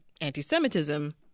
anti-Semitism